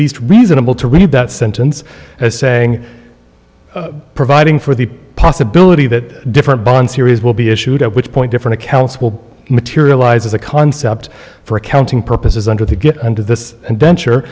least reasonable to read that sentence as saying providing for the possibility that different bond series will be issued at which point different accounts will materialize as a concept for accounting purposes under the get under this